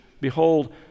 Behold